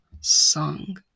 song